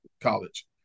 college